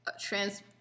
trans